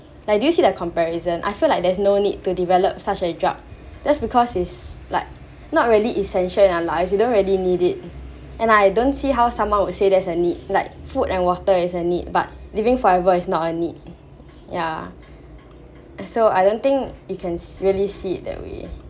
like do you see that comparison I feel like there's no need to develop such a drug just because is like not really essential in our lives you don't really need it and I don't see how someone would say that's a need like food and water is a need but living forever is not a need yeah so I don't think you can really see it that way